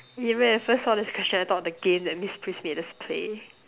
you know when I first saw this question I thought of the game that miss pris made us play